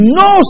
no